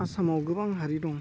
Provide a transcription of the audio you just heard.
आसामाव गोबां हारि दं